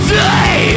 day